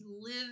live